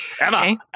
Emma